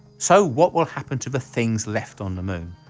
so what will happen to the things left on the moon.